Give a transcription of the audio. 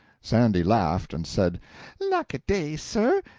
sandy laughed, and said lack-a-day, sir,